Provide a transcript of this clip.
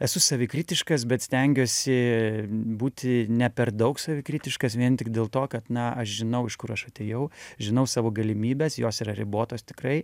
esu savikritiškas bet stengiuosi būti ne per daug savikritiškas vien tik dėl to kad na aš žinau iš kur aš atėjau žinau savo galimybes jos yra ribotos tikrai